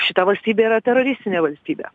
šita valstybė yra teroristinė valstybė